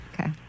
okay